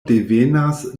devenas